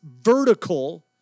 vertical